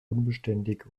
unbeständig